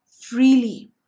freely